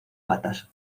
patas